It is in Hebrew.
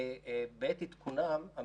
בעת עדכונם,